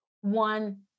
one